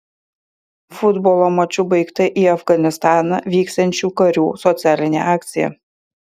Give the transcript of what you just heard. futbolo maču baigta į afganistaną vyksiančių karių socialinė akcija